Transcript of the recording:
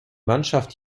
mannschaft